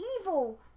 evil